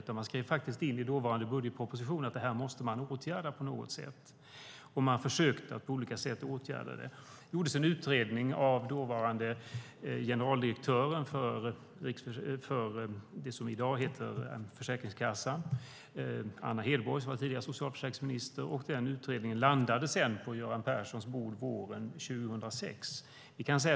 Man skrev faktiskt in i dåvarande budgetproposition att detta måste åtgärdas, vilket man också försökte göra på olika sätt. Dåvarande generaldirektör för det som i dag heter Försäkringskassan, Anna Hedborg, tidigare socialförsäkringsminister, gjorde en utredning som landade på Göran Perssons bord våren 2006.